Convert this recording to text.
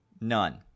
None